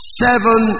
seven